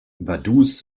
vaduz